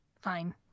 Fine